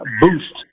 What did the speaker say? boost